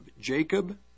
Jacob